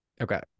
Okay